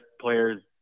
players